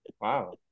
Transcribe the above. Wow